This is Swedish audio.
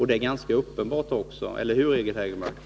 Det är ganska uppenbart, eller hur Eric Hägelmark?